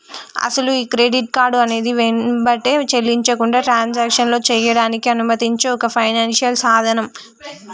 అసలు ఈ credit card అనేది వెంబటే చెల్లించకుండా ట్రాన్సాక్షన్లో చేయడానికి అనుమతించే ఒక ఫైనాన్షియల్ సాధనం